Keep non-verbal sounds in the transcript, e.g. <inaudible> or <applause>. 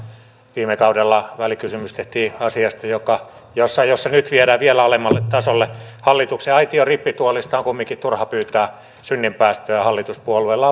viime kaudella välikysymys tehtiin asiasta jossa nyt viedään vielä alemmalle tasolle hallituksen aitiorippituolista on kumminkin turha pyytää synninpäästöä hallituspuolueilla <unintelligible>